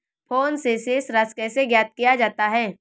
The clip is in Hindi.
फोन से शेष राशि कैसे ज्ञात किया जाता है?